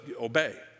obey